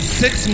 six